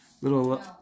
Little